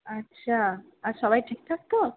আচ্ছা আর সবাই ঠিকঠাক তো